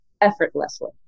effortlessly